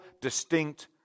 distinct